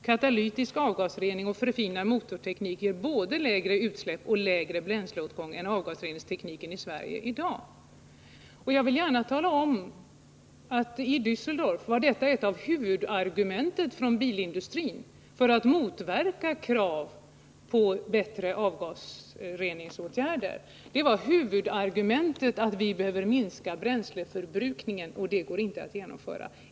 Katalytisk avgasrening och förfinad motorteknik ger både lägre utsläpp och lägre bränsleåtgång än avgasreningstekniken i Sverige i dag.” Jag vill vidare gärna tala om att i Dusseldorf var bilindustrins huvudargument för att motverka kraven på bättre avgasreningsåtgärder att vi behöver minska bränsleförbrukningen, och det går inte att genomföra.